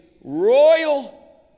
royal